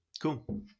cool